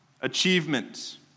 achievements